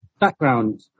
background